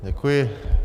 Děkuji.